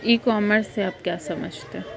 ई commerce से आप क्या समझते हैं?